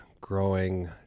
growing